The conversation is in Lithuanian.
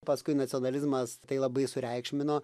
paskui nacionalizmas tai labai sureikšmino